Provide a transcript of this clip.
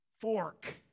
fork